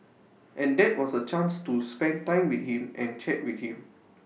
and that was A chance to spend time with him and chat with him